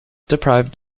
deprived